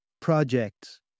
Projects